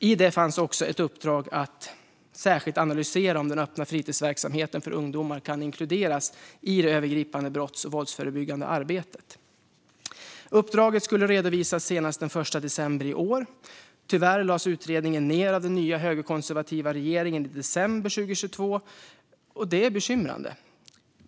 I detta fanns också ett uppdrag att särskilt analysera om den öppna fritidsverksamheten för ungdomar kan inkluderas i det övergripande brotts och våldsförebyggande arbetet. Uppdraget skulle redovisas senast den 1 december i år. Tyvärr lades utredningen ned av den nya högerkonservativa regeringen i december 2022. Det är bekymrande.